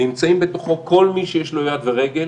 נמצאים בתוכו כל מי שיש לו יד ורגל